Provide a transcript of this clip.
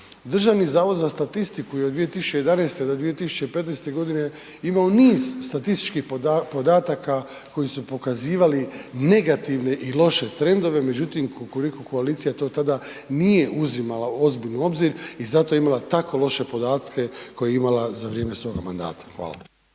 Državni zavod za statistiku je od 2011. do 2015. imao niz statističkih podataka koji su pokazivali negativne i loše trendove međutim Kukuriku koalicija to tada nije uzimala ozbiljno u obzir i zato je imala tako loše podatke koje je imala za vrijeme svoga mandata, hvala.